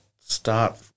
start